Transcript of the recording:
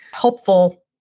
helpful